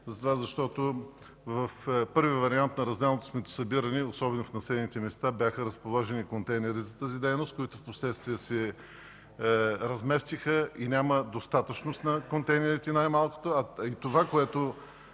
защото в първия вариант на разделното сметосъбиране в населените места бяха разположени контейнери за тази дейност, които впоследствие се разместиха и няма достатъчност на контейнерите – най-малкото;